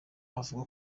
avuga